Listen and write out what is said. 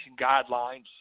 guidelines